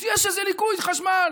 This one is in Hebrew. אז יש איזה ליקוי חשמל,